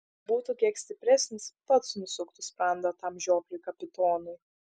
būtų kiek stipresnis pats nusuktų sprandą tam žiopliui kapitonui